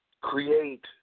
create